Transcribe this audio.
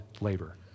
labor